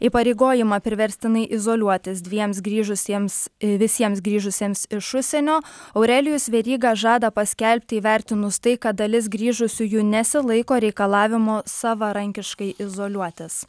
įpareigojimą priverstinai izoliuotis dviems grįžusiems visiems grįžusiems iš užsienio aurelijus veryga žada paskelbti įvertinus tai kad dalis grįžusiųjų nesilaiko reikalavimo savarankiškai izoliuotis